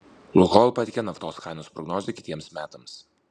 lukoil pateikė naftos kainos prognozę kitiems metams